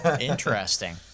interesting